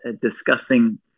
discussing